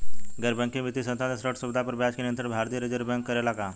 गैर बैंकिंग वित्तीय संस्था से ऋण सुविधा पर ब्याज के नियंत्रण भारती य रिजर्व बैंक करे ला का?